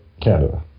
Canada